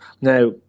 Now